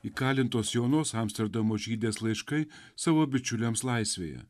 įkalintos jaunos amsterdamo žydės laiškai savo bičiuliams laisvėje